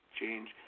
change